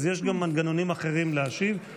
יש גם מנגנונים אחרים להשיב,